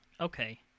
Okay